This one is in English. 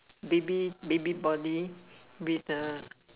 baby baby body with the